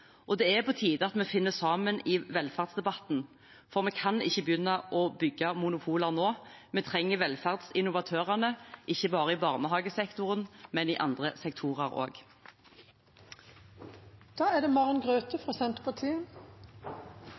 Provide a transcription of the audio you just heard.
Det er på tide at vi finner sammen i velferdsdebatten, for vi kan ikke begynne å bygge monopoler nå. Vi trenger velferdsinnovatørene, ikke bare i barnehagesektoren, men i andre sektorer